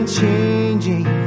changing